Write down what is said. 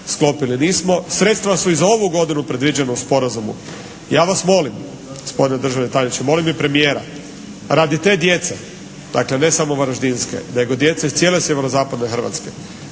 sklopili nismo. Sredstva su i za ovu godinu predviđena u sporazumu. Ja vas molim gospodine državni tajniče, molim i premijera radi te djece dakle ne samo varaždinske nego djece iz cijele sjeverozapadne Hrvatske,